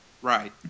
Right